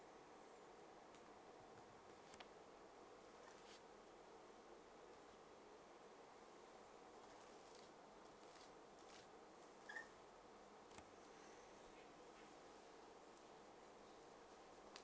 uh